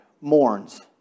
mourns